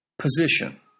Position